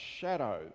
shadow